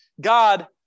God